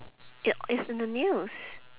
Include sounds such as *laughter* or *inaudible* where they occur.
*noise* it's in the news